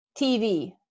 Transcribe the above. TV